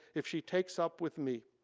if she takes up with me.